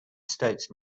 states